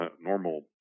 normal